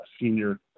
senior